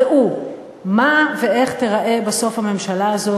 ראו, מה ואיך תיראה בסוף הממשלה הזאת?